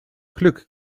glück